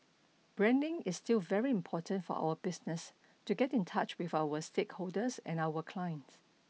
branding is still very important for our business to get in touch with our stakeholders and our clients